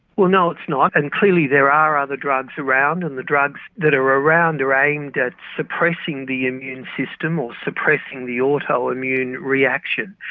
well no, it's not, and clearly there are other drugs around, and the drugs that are around are aimed at suppressing the immune system or suppressing the autoimmune reaction.